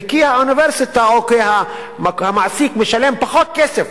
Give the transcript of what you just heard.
וכי האוניברסיטה או המעסיק משלם פחות כסף